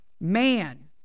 man